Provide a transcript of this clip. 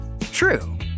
True